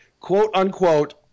quote-unquote